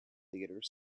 theatre